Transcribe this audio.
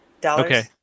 dollars